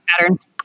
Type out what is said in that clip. patterns